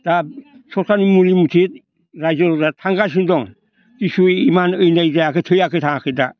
दा सरखारनि मुलि मुथे रायजो राजाया थांगासिनो दं खिसु इमान अयनाय जायाखै थैनो थाङाखै दा